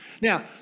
Now